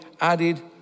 added